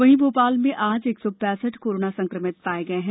वहीं भोपाल में आज एक सौ पैंसठ कोरोना संकमित पाए गए हैं